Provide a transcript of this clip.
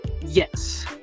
Yes